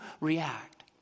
react